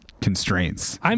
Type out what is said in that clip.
constraints